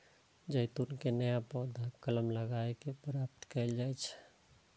जैतून के नया पौधा कलम लगाए कें प्राप्त कैल जा सकै छै